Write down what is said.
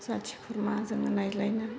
जाथि खुरमा जोङो रायज्लायनो